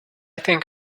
think